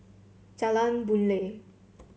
Jalan Boon Lay